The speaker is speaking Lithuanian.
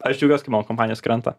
aš džiaugiuos kai mano kompanijos krenta